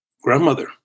grandmother